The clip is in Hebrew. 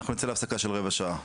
נצא להפסקה של רבע שעה.